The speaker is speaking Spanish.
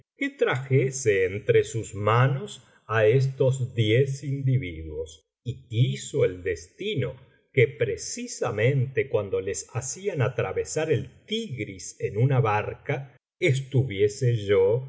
que trajese entre sus manos á estos diez individuos y quiso el destino que precisamente cuando les hacían atravesar el tigris en una barca estuviese yo